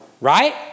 Right